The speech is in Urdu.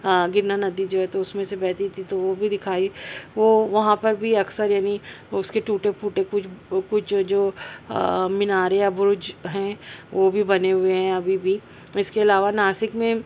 گرنا ندی جو ہے تو اس میں سے بہتی تھی تو وہ بھی دکھائی وہ وہاں پر بھی اکثر یعنی اس کے ٹوٹے پھوٹے کچھ کچھ جو میناریں یا برج ہیں وہ بھی بنے ہوئے ہیں ابھی بھی اس کے علاوہ ناسک میں